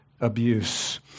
abuse